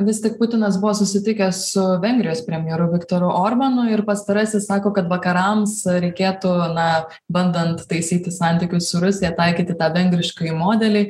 vis tik putinas buvo susitikęs su vengrijos premjeru viktoru orbanu ir pastarasis sako kad vakarams reikėtų na bandant taisyti santykius su rusija taikyti tą vengriškąjį modelį